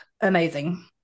amazing